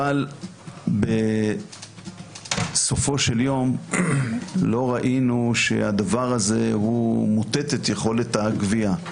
אבל בסופו של יום לא ראינו שהדבר הזה מוטט את יכולת הגבייה.